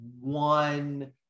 one